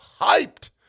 hyped